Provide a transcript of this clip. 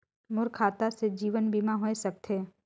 मोर खाता से जीवन बीमा होए सकथे?